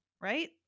Right